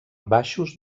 baixos